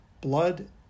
blood